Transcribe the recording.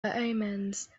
omens